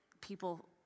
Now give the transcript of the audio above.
people